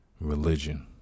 Religion